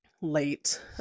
late